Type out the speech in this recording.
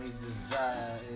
desire